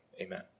amen